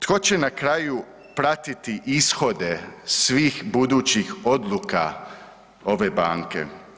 Tko će na kraju pratiti ishode svih budućih odluka ove banke?